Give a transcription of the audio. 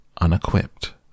unequipped